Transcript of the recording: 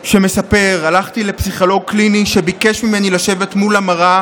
שמספר: הלכתי לפסיכולוג קליני שביקש ממני לשבת מול המראה